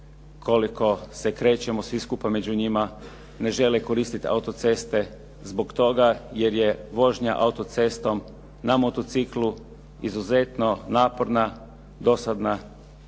koliko se krećemo svi skupa među njima ne žele koristiti autoceste zbog toga jer je vožnja autocestom na motociklu izuzetno naporna, dosadna,